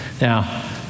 Now